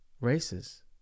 races